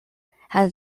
had